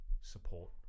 support